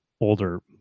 older